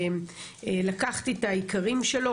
לקחתי את העיקרים שלו,